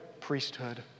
priesthood